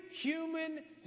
human